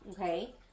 okay